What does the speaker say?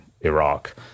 Iraq